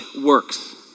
works